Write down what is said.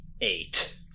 eight